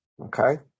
okay